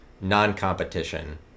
non-competition